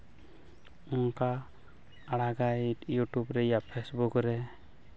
ᱚᱱᱠᱟ ᱟᱲᱟᱜᱟᱭ ᱤᱭᱩᱴᱩᱵᱽ ᱨᱮᱭᱟᱜ ᱯᱷᱮᱥᱵᱩᱠ ᱨᱮ